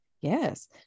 yes